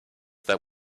that